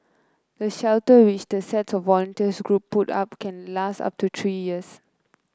the shelters which the sets of volunteer groups put up can last up to three years